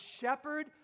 shepherd